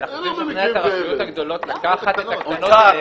כי אנחנו רוצים לשכנע את הרשויות הגדולות לקחת את הקטנות אליהן.